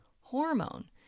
hormone